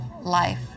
life